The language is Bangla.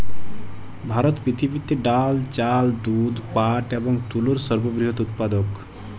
ভারত পৃথিবীতে ডাল, চাল, দুধ, পাট এবং তুলোর সর্ববৃহৎ উৎপাদক